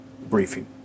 briefing